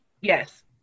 yes